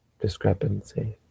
discrepancy